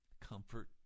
Comfort